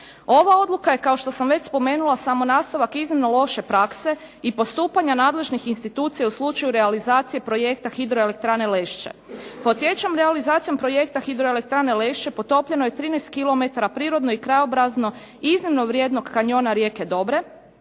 Ova odluka je kao što sam već spomenula samo nastavak iznimno loše prakse i postupanja nadležnih institucija u slučaju realizacije projekta Hidroelektrane Lešće. Podsjećam realizacijom projekta Hidroelektrane Lešće potopljeno je 13 kilometara prirodno i krajobrazno iznimno vrijednog kanjona rijeke Dobre